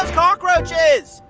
cockroaches.